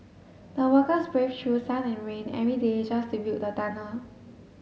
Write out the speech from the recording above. the workers braved through sun and rain every day just to build the tunnel